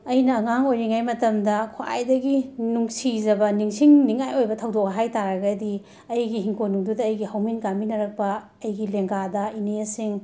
ꯑꯩꯅ ꯑꯉꯥꯡ ꯑꯣꯏꯔꯤꯉꯥ ꯃꯇꯝꯗ ꯈ꯭ꯋꯥꯏꯗꯒꯤ ꯅꯨꯡꯁꯤꯖꯕ ꯅꯤꯡꯁꯤꯡꯅꯤꯉꯥꯏ ꯑꯣꯏꯕ ꯊꯧꯗꯣꯛ ꯍꯥꯏꯇꯥꯔꯒꯗꯤ ꯑꯩꯒꯤ ꯏꯪꯈꯣꯟꯅꯨꯡꯗꯨꯗ ꯑꯩꯒꯤ ꯍꯧꯃꯤꯟ ꯀꯥꯃꯤꯟꯅꯔꯛꯄ ꯑꯩꯒꯤ ꯂꯦꯡꯒꯗ ꯏꯅꯦꯁꯤꯡ